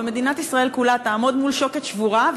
ומדינת ישראל כולה תעמוד מול שוקת שבורה.